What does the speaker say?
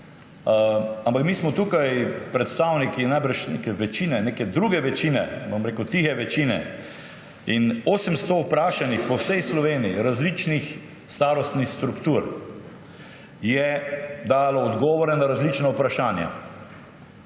Ampak mi smo tukaj predstavniki najbrž neke večine, neke druge večine, bom rekel tihe večine. 800 vprašanih po vsej Sloveniji, različnih starostnih struktur, je dalo odgovore na različna vprašanja.